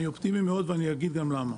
אני אופטימי מאוד, ואני אגיד גם למה: